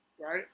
right